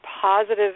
positive